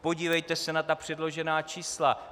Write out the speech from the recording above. Podívejte se na ta předložená čísla.